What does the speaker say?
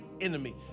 enemy